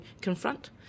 confront